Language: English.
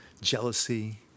jealousy